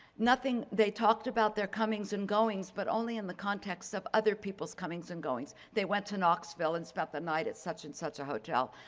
nothing. they talked about their comings and goings, but only in the context of other people's comings and goings. they went to knoxville and spent the night at such and such a hotel.